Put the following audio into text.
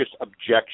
objection